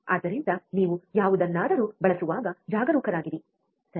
ಆದ್ದರಿಂದ ನೀವು ಯಾವುದನ್ನಾದರೂ ಬಳಸುವಾಗ ಜಾಗರೂಕರಾಗಿರಿ ಸರಿ